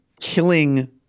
killing